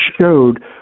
showed